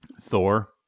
Thor